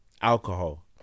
Alcohol